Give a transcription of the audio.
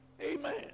Amen